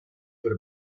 per